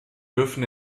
dürfen